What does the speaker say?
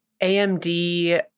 amd